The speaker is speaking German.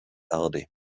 erde